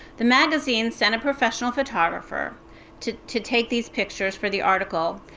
the magazine sent a professional photographer to to take these pictures for the article.